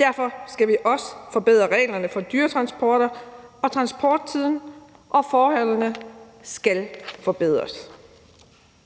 Derfor skal vi også forbedre reglerne for dyretransporter, og transporttiden og forholdene skal forbedres.